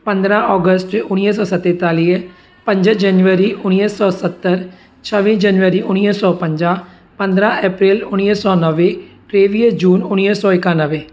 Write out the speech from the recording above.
पंद्रहां ऑगस्ट उणिवीह सौ सतेतालीह पंज जनवरी उणिवीह सौ सतरि छवीह जनवरी उणिवीह सौ पंजाह पंद्रहां एप्रिल उणिवीह सौ नवे टेवीह जून उणिवीह सौ एकानवे